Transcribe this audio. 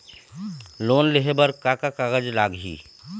Loan लेहे बर का का कागज लगही?